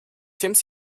teams